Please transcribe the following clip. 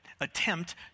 attempt